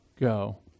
go